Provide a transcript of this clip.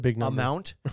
amount